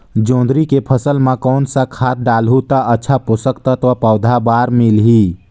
जोंदरी के फसल मां कोन सा खाद डालहु ता अच्छा पोषक तत्व पौध बार मिलही?